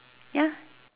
ya